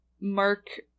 Mark